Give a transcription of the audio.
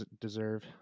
deserve